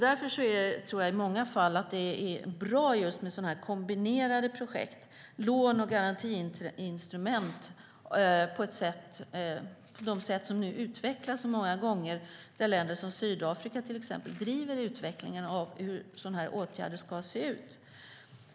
Därför tror jag att det i många fall är bra just med kombinerade projekt med låne och garantiinstrument på de sätt som nu utvecklas. Det är många gånger länder som Sydafrika, till exempel, som driver utvecklingen av hur sådana här åtgärder ska se ut.